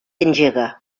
engega